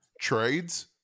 Trades